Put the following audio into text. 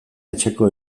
etxeko